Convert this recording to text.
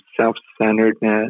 self-centeredness